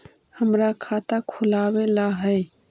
हमरा खाता खोलाबे ला है?